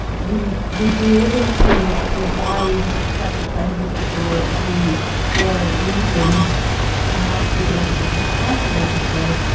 we'd we'd be able to provide sexual pleasure to people who, for reasons perhaps physiological, perhaps psychological,